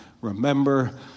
remember